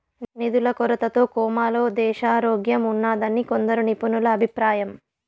నిధుల కొరతతో కోమాలో దేశారోగ్యంఉన్నాదని కొందరు నిపుణుల అభిప్రాయం